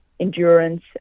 endurance